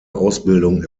ausbildung